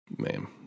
Ma'am